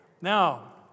Now